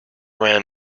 ran